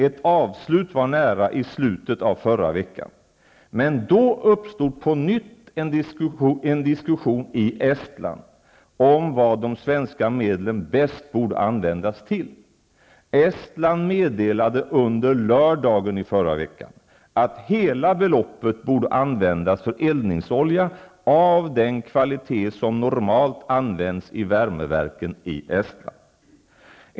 Ett avslut var nära i slutet av förra veckan, men då uppstod på nytt en diskussion i Estland om vad de svenska medlen bäst borde användas till. Estland meddelade under lördagen, i förra veckan, att hela beloppet borde användas för eldningsolja av den kvalitet som normalt används i värmeverken i Estland.